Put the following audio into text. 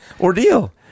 ordeal